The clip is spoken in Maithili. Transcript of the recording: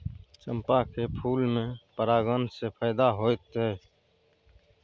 चंपा के फूल में परागण से फायदा होतय?